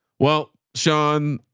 well sean,